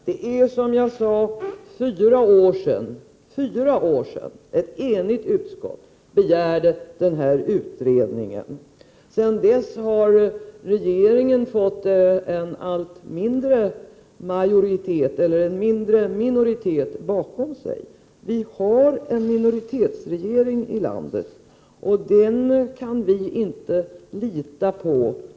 Det är, som jag sade, fyra år sedan ett enigt utskott begärde en utredning. Sedan dess har regeringen fått en allt mindre minoritet bakom sig. Vi har en minoritetsregering i landet, och den kan vi inte lita på.